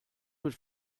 mit